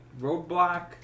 Roadblock